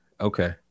Okay